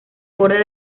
borde